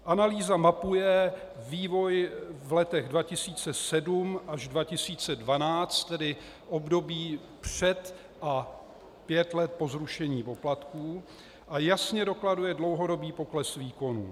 Analýza mapuje vývoj v letech 2007 až 2012, tedy období před a pět let po zrušení poplatků, a jasně dokladuje dlouhodobý pokles výkonů.